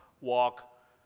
walk